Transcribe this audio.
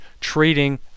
trading